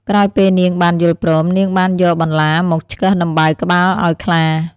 ក្រោយពេលនាងបានយល់ព្រម នាងបានយកបន្លាមកឆ្កឹះដំបៅក្បាលឲ្យខ្លា។